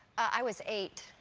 i was eight.